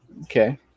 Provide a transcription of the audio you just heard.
okay